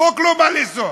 החוק לא בא לאסור,